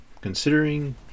Considering